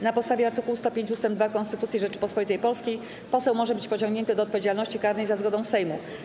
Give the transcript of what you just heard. Na podstawie art. 105 ust. 2 Konstytucji Rzeczypospolitej Polskiej poseł może być pociągnięty do odpowiedzialności karnej za zgodą Sejmu.